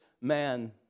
man